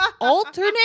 alternate